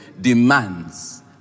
demands